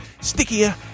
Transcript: stickier